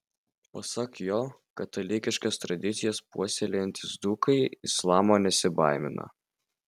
pasak jo katalikiškas tradicijas puoselėjantys dzūkai islamo nesibaimina